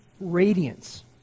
radiance